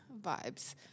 vibes